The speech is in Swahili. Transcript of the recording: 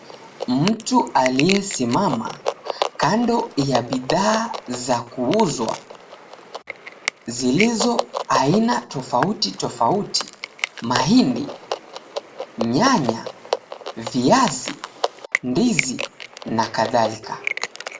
Mtu aliyesimama, kando ya bidhaa za kuuzwa, zilizo aina tofauti tofauti, mahindi, nyanya, viazi, ndizi na kadhalika.